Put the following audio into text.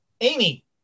Amy